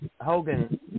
Hogan